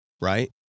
right